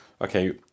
okay